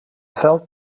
felt